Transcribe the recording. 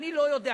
אני לא יודע,